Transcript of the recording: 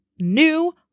new